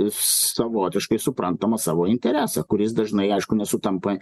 savotiškai suprantamą savo interesą kuris dažnai aišku nesutampa